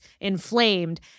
inflamed